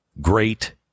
Great